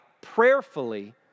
prayerfully